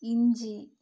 ഇഞ്ചി